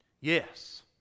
Yes